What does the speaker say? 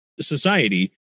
society